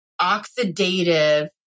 oxidative